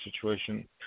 situation